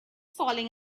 falling